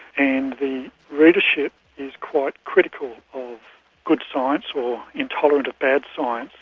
and the readership is quite critical of good science or intolerant of bad science,